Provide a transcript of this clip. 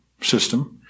system